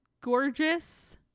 gorgeous